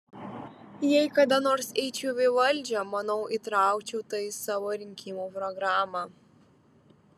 jei kada nors eičiau į valdžią manau įtraukčiau tai į savo rinkimų programą